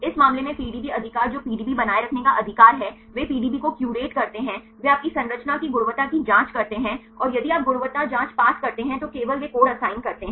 इस मामले में पीडीबी अधिकार जो पीडीबी बनाए रखने का अधिकार है वे पीडीबी को क्यूरेट करते हैं वे आपकी संरचना की गुणवत्ता की जांच करते हैं और यदि आप गुणवत्ता जांच पास करते हैं तो केवल वे कोड असाइन करते हैं